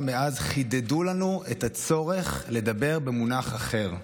מאז חידדו לנו את הצורך לדבר במונח אחר.